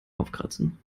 aufkratzen